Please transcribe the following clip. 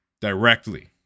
directly